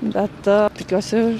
bet tikiuosi